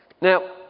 Now